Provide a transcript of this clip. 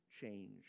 change